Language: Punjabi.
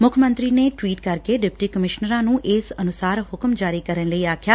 ਮੁੱਖ ਮੰਤਰੀ ਨੇ ਟਵੀਟ ਕਰਕੇ ਡਿਪਟੀ ਕਮਿਸ਼ਨਰਾਂ ਨੂੰ ਇਸ ਅਨੁਸਾਰ ਹੁਕਮ ਜਾਰੀ ਕਰਨ ਲਈ ਆਖਿਐ